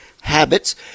habits